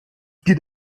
geht